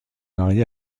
marié